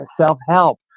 self-help